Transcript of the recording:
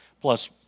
plus